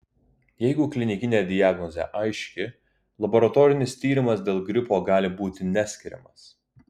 jeigu klinikinė diagnozė aiški laboratorinis tyrimas dėl gripo gali būti neskiriamas